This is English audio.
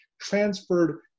transferred